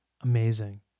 Amazing